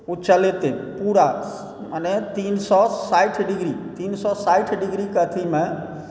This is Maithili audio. ओ चलेतै पुरा मने तीन सए साठि डिग्री तीन सए साठि डिग्रीके अथीमे